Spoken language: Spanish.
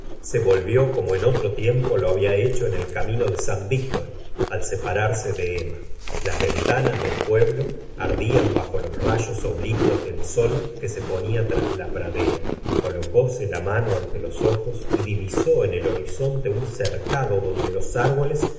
se volvió como en otro tiempo lo habia hecho en el camino de san víctor al separarse de emma las venta nas del pueblo ardian bajo los rayos oblicuos del sol que se ponia tras la pradera colocóse la mano ante los ojos y divisó en el horizonte un cercado donde los árboles